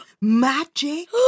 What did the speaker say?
magic